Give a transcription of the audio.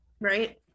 right